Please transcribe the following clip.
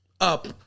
up